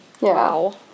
Wow